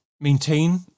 maintain